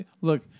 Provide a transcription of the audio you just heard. look